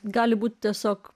gali būti tiesiog